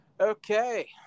Okay